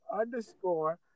Underscore